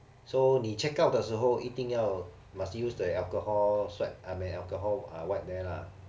so 你 check out 的时候一定要 must use the alcohol swipe I mean alcohol wipe there lah